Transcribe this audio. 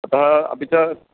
अतः अपि च